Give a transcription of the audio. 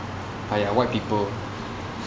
!aiya! white people